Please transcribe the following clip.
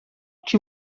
que